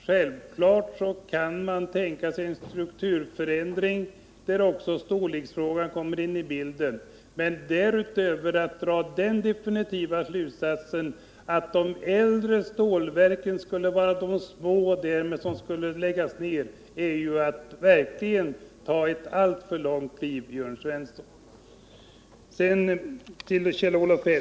Självfallet kan man tänka sig en strukturförändring där också stordriftsfrågan kommer in i bilden, men därifrån till att dra den definitiva slutsatsen att de äldre stålverken skulle vara de små och därmed de som skulle läggas ned är steget verkligen alltför långt, Jörn Svensson.